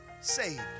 saved